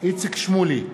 איציק שמולי,